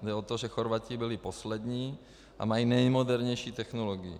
Jde o to, že Chorvati byli poslední a mají nejmodernější technologii.